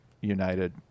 united